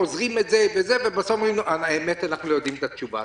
שואלים, חוזרים ואומרים שהם לא יודעים את התשובה.